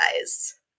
guys